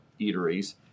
eateries